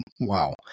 Wow